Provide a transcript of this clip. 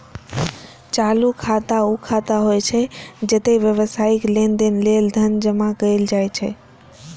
चालू खाता ऊ खाता होइ छै, जतय व्यावसायिक लेनदेन लेल धन जमा कैल जाइ छै